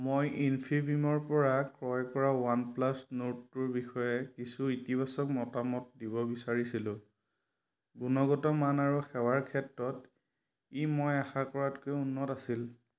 মই ইনফিবিমৰপৰা ক্ৰয় কৰা ৱানপ্লাছ নৰ্ড টুৰ বিষয়ে কিছু ইতিবাচক মতামত দিব বিচাৰিছিলোঁ গুণগত মান আৰু সেৱাৰ ক্ষেত্ৰত ই মই আশা কৰাতকৈ উন্নত আছিল